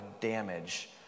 damage